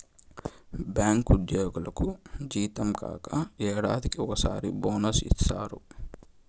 bank ఉద్యోగులకు జీతం కాక ఏడాదికి ఒకసారి బోనస్ ఇత్తారు